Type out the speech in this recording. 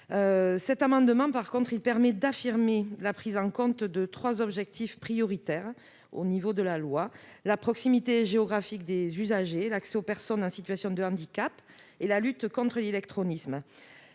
Cet amendement vise à affirmer la prise en compte de trois objectifs prioritaires au niveau de la loi : la proximité géographique des usagers, l'accès aux personnes en situation de handicap et la lutte contre l'illectronisme.